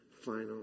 final